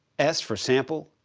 s for sample,